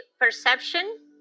perception